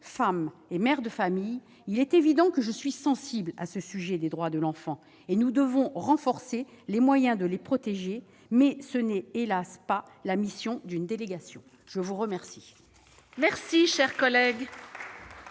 femme et mère de famille, il est évident que je suis sensible à ce sujet des droits de l'enfant. Nous devons renforcer les moyens de les protéger, mais ce n'est, hélas, pas la mission d'une délégation. La discussion générale est close.